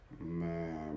Man